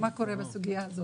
מה קורה עם זה?